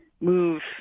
move